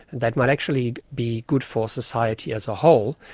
that might actually be good for society as a whole.